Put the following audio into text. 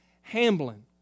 Hamblin